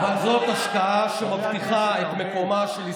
אבל זאת השקעה שמבטיחה את מקומה של ישראל,